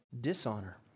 dishonor